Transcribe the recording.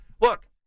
Look